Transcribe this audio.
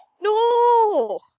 No